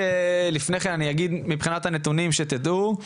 מבחינת הנתונים שתדעו,